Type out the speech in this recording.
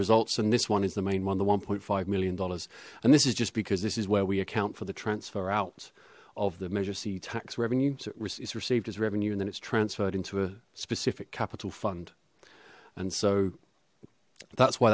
results and this one is the main one the one point five million dollars and this is just because this is where we account for the transfer out of the measure see tax revenues received as revenue and then it's transferred into a specific capital fund and so that's why